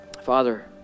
Father